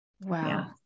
Wow